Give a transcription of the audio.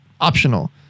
optional